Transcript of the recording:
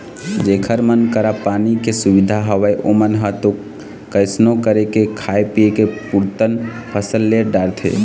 जेखर मन करा पानी के सुबिधा हवय ओमन ह तो कइसनो करके खाय पींए के पुरतन फसल ले डारथे